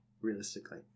realistically